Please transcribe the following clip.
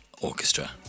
orchestra